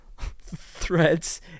threads